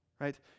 right